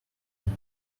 week